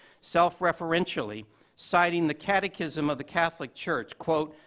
self referentially citing the catechism of the catholic church, quote,